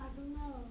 I don't know